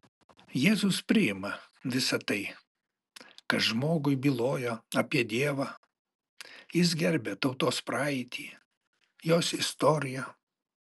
jėzus priima visa tai kas žmogui byloja apie dievą jis gerbia tautos praeitį jos istoriją